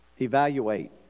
evaluate